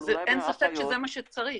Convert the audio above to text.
אין ספק שזה מה שצריך,